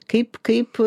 kaip kaip